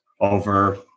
over